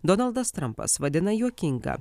donaldas trampas vadina juokinga